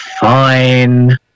Fine